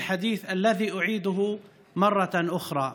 בחד'ית שאחזור ואומר אותו פעם